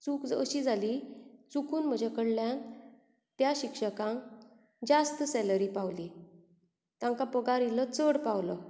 चूक अशी जाली चुकून म्हजे कडल्यान त्या शिक्षकांक जास्त सेलरी पावली तांकां पगार इल्लो चड पावलो